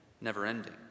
never-ending